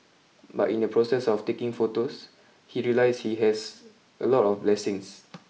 but in the process of taking photos he realised he has a lot of blessings